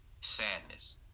sadness